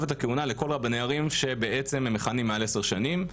את הכהונה לכל רבני הערים שמכהנים מעל עשר שנים,